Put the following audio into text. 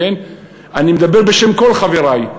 אני מדבר בשם כל חברי.